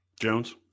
Jones